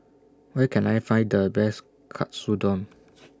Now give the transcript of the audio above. Where Can I Find The Best Katsudon